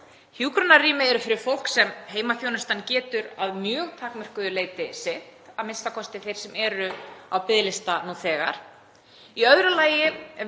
hjúkrunarrými eru fyrir fólk sem heimaþjónustan getur að mjög takmörkuðu leyti sinnt, a.m.k. þeim sem eru á biðlista nú þegar. Í öðru lagi